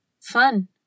Fun